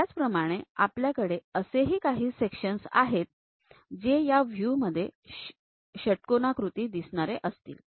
त्याचप्रमाणे आपल्याकडे असेही काही सेक्शन्स असणार आहेत जे या व्ह्यू मध्ये षट्कोनाकृती दिसणारे असतील